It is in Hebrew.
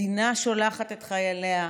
מדינה שולחת את חייליה,